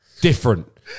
different